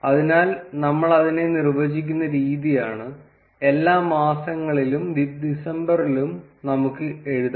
അതിനാൽ നമ്മൾ അതിനെ നിർവ്വചിക്കുന്ന രീതിയാണ് എല്ലാ മാസങ്ങളിലും ഡിസംബറിലും നമുക്ക് എഴുതാം